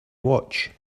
watch